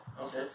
Okay